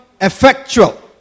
effectual